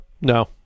No